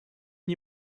die